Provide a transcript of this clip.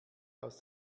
aus